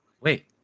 wait